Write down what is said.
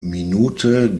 minute